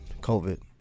COVID